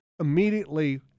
immediately